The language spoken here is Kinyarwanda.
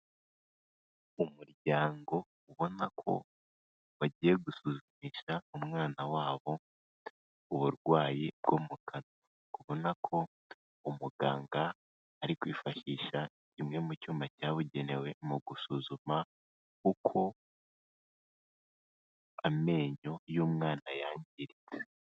Umuryango ubona ko bagiye gusuzumisha umwana wabo uburwayi bwo mu kanwa, ubona ko umuganga ari kwifashisha kimwe mu cyuma cyabugenewe mu gusuzuma uko amenyo y'umwana yangiritse.